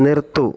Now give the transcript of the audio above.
നിർത്തൂ